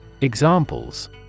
Examples